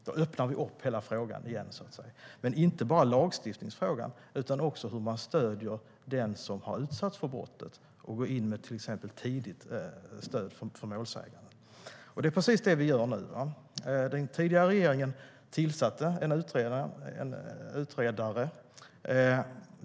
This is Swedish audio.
Då öppnade vi upp hela frågan igen, men inte bara lagstiftningsfrågan utan också hur man stöder den som har utsatts för brottet, till exempel genom att gå in tidigt med stöd till målsäganden. Det är precis detta vi gör nu. Den tidigare regeringen tillsatte en utredare.